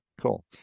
cool